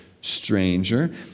stranger